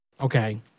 Okay